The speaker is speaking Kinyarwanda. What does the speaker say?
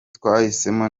twahisemo